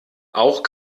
auch